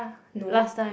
no